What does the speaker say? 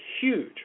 huge